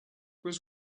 was